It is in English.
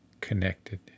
connected